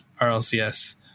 RLCS